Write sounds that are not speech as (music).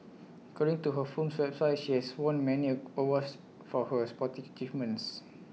according to her firm's website she has won many awards for her sporting (unintelligible) achievements